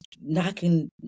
knocking